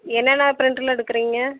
என்னென்ன ப்ரிண்ட்டு எல்லாம் எடுக்குறிங்க